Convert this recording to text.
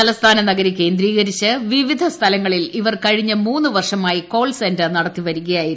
തലസ്ഥാന നഗരി കേന്ദ്രീകരിച്ച് വിവിധ സ്ഥലങ്ങളിൽ ഇവർ കഴിഞ്ഞ മൂന്ന് വർഷമായി കോൾ സെന്റർ നടത്തിവരികയായിരുന്നു